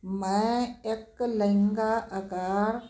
ਮੈਂ ਇੱਕ ਲਹਿੰਗਾ ਅਕਾਰ